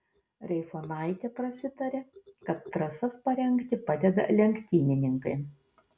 reifonaitė prasitarė kad trasas parengti padeda lenktynininkai